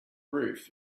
roof